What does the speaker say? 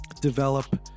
develop